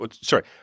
Sorry